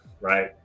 right